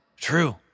True